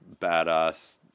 badass